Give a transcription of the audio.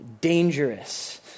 dangerous